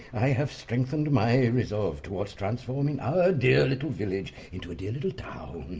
i have strengthened my resolve towards transforming our dear little village into a dear little town.